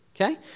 Okay